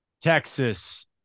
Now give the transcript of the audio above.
Texas